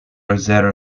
zéro